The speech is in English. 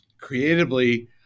creatively